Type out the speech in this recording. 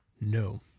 No